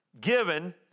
given